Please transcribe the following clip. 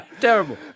Terrible